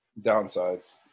downsides